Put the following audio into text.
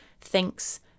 thinks